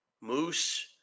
Moose